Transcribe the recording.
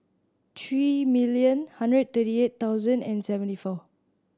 three million hundred thirty eight thousand and seventy four